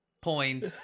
point